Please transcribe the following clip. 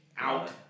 out